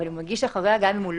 אבל אם הוא הגיש אחרי, גם אם לא